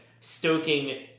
stoking